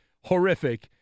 horrific